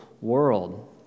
world